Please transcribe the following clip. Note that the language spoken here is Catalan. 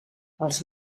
els